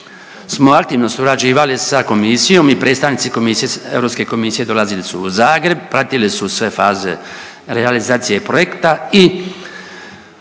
smo aktivno surađivali sa Komisijom i predstavnici Europske komisije dolazili su u Zagreb, pratili su sve faze realizacije projekta i